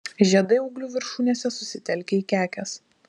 žiedai ūglių viršūnėse susitelkę į kekes